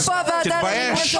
איפה הוועדה למינוי שופטים?